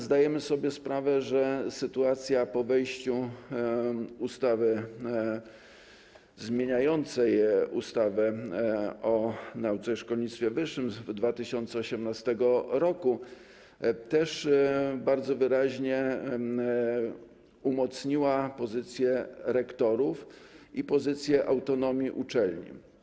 Zdajemy sobie sprawę, że sytuacja po wejściu w życie ustawy zmieniającej ustawę o nauce i szkolnictwie wyższym z 2018 r. też bardzo wyraźnie umocniła pozycję rektorów i autonomię uczelni.